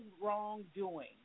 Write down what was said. wrongdoing